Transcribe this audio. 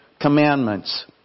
commandments